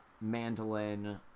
mandolin